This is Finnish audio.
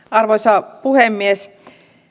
arvoisa puhemies